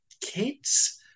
kids